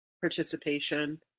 participation